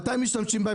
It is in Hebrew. מתי משתמשים בהם?